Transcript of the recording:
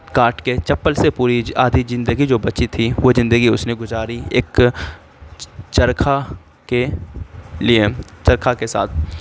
کاٹھ کے چپل سے پوری آدھی زندگی جو بچی تھی وہ زندگی اس نے گزاری ایک چرخہ کے لیے چرخہ کے ساتھ